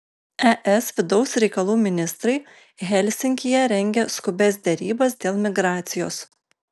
es vidaus reikalų ministrai helsinkyje rengia skubias derybas dėl migracijos